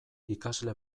ikasle